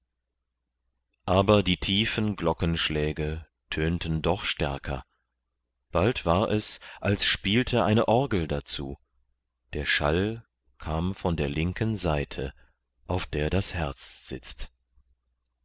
aber die tiefen glockenschläge tönten doch stärker bald war es als spielte eine orgel dazu der schall kam von der linken seite auf der das herz sitzt